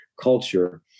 culture